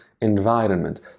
environment